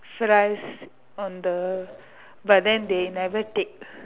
fries on the but then they never take